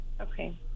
Okay